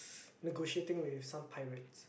negotiating with some pirate